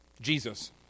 Jesus